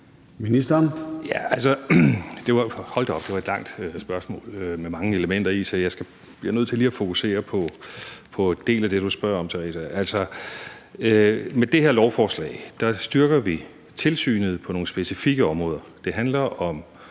det var et langt spørgsmål med mange elementer i, så jeg bliver nødt til lige at fokusere på en del af det, du spørger om, Theresa. Altså, med det her lovforslag styrker vi tilsynet på nogle specifikke områder. Det handler om